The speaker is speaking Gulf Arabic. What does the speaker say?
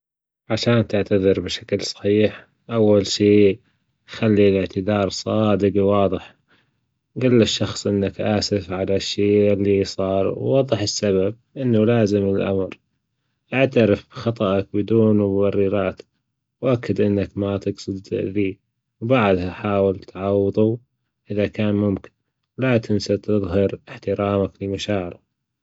عشان تعتذر بشكل صحيح، أول شي خلي الإعتذار صادج وواضح، جل للشخص إنك آسف على الشي اللي صار ووضح السبب إنه لازم الأمر، إعترف بخطأك بدون مبررات، وأكد إنك ما تجصد إنك تأذيه وبعدها حاول تعوضه إذا كان ممكن لا تنسى تظهر إحترامك لمشاعره.